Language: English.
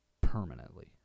Permanently